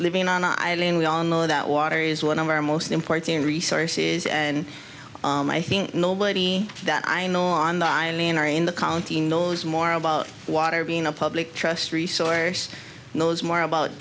living on island we all know that water is one of our most important resources and i think nobody that i know on the manner in the county knows more about water being a public trust resource knows more about